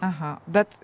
aha bet